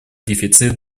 дефицит